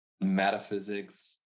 metaphysics